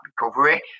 recovery